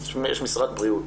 יש משרד בריאות.